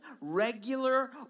regular